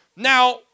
Now